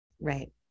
Right